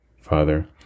Father